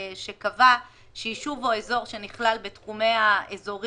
שקבע שיישוב או אזור שנכלל בתחומי האזורים